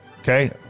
Okay